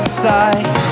side